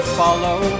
follow